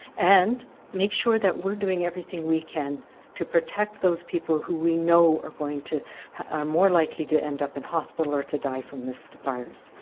and make sure that we are doing everything we can to protect those people who we know are going to more likely to end up in hospital or die from this virus.